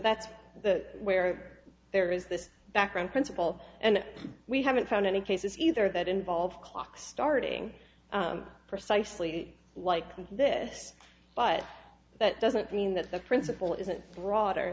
that's the where there is this background principle and we haven't found any cases either that involve clock starting precisely like this but that doesn't mean that the principle isn't broader